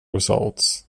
results